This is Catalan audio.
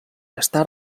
està